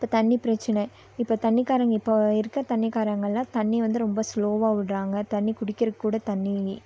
இப்போ தண்ணி பிரச்சனை இப்போ தண்ணி காரவங்க இப்போ இருக்க தண்ணி காரங்கலாம் தண்ணி வந்து ரொம்ப ஸ்லோவாக விடுறாங்க தண்ணி குடிக்கிறதுக்கு கூட தண்ணி